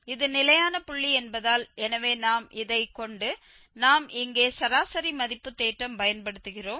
இது நிலையான புள்ளி என்பதால் எனவே நாம் இதை கொண்டு நாம் இங்கே சராசரி மதிப்பு தேற்றம் பயன்படுத்துகிறோம்